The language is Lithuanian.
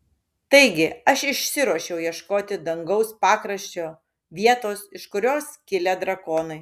taigi aš išsiruošiau ieškoti dangaus pakraščio vietos iš kurios kilę drakonai